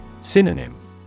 Synonym